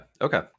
Okay